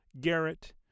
Garrett